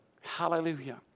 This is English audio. Hallelujah